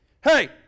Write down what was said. Hey